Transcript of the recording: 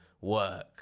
work